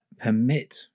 permit